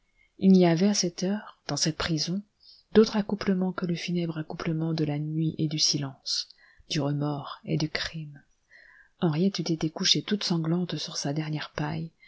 il n'y avait à cette heure dans cette prison d'autres accouplements que le funèbre accouplement de la nuit et du silence du remords et du crime henriette eût été couchée toute sanglante sur sa dernière paille